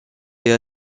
est